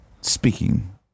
Speaking